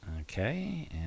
Okay